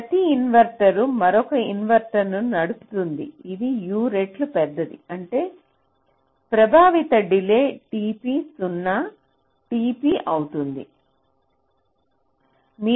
ప్రతి ఇన్వర్టర్ మరొక ఇన్వర్టర్ను నడుపుతుంది ఇది U రెట్లు పెద్దది అంటే ప్రభావిత డిలే tp 0 tp అవుతుంది